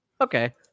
Okay